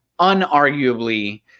unarguably